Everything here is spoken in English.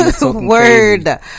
word